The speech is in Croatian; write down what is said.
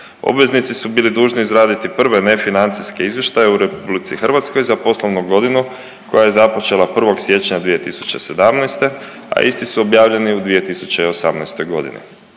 Obveznici su bili dužni izraditi prve nefinancijske izvještaje u RH za poslovnu godinu koja je započela 1. siječnja 2017., a isti su objavljeni 2018.g..